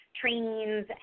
trainings